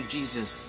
Jesus